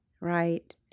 right